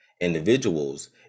individuals